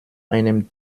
einem